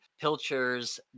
Pilcher's